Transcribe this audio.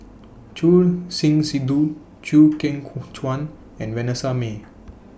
Choor Singh Sidhu Chew Kheng Chuan and Vanessa Mae